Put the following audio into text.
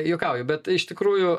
juokauju bet iš tikrųjų